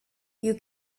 you